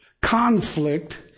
conflict